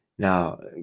Now